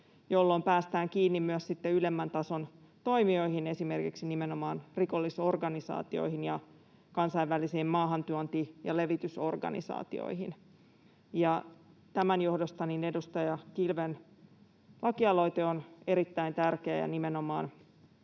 jolloin päästään kiinni myös ylemmän tason toimijoihin, esimerkiksi nimenomaan rikollisorganisaatioihin ja kansainvälisiin maahantuonti- ja levitysorganisaatioihin. Tämän johdosta edustaja Kilven lakialoite on erittäin tärkeä — ja nimenomaan